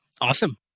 Awesome